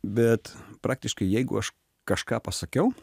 bet praktiškai jeigu aš kažką pasakiau